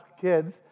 kids